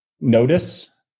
notice